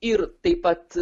ir taip pat